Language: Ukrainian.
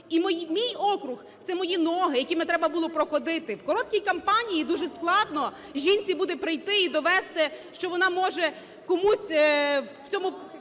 мій округ - це мої ноги, якими треба було проходити. В короткій кампанії дуже складно жінці буде прийти і довести, що вона може на цій